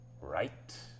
Right